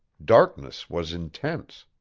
darkness was intense.